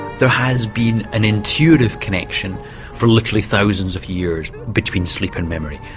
there has been an intuitive connection for literally thousands of years between sleep and memory.